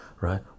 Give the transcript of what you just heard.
right